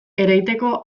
ereiteko